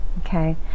Okay